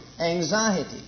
anxiety